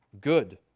good